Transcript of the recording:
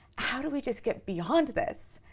how do we just get beyond this?